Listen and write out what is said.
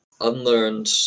unlearned